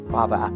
Father